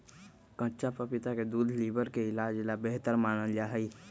कच्चा पपीता के दूध लीवर के इलाज ला बेहतर मानल जाहई